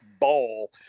ball